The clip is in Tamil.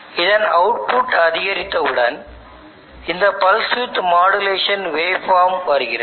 இதன் அவுட்புட் அதிகரித்தவுடன் இந்த pulse width modulation waveform வருகிறது